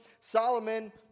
Solomon